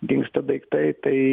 dingsta daiktai tai